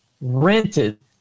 rented